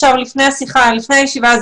לפני הישיבה,